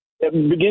begin